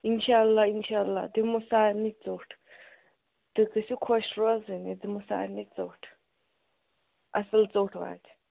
اِنشاء اللہ اِنشاء اللہ دِمو سارنٕے ژوٚٹ تُہۍ گٔژھِو خۄش روزٕنۍ أسۍ دِمو سارنٕے ژوٚٹ اَصٕل ژوٚٹ واتہِ